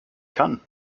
kann